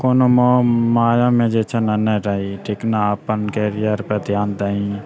कोनो मोह मायामे जे छै नऽ नै रही ठीक नऽ अपन कैरियर पर ध्यान दही